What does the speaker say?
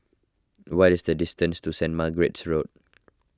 what is the distance to Saint Margaret's Road